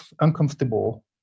uncomfortable